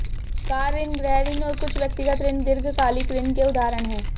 car ऋण, गृह ऋण और कुछ व्यक्तिगत ऋण दीर्घकालिक ऋण के उदाहरण हैं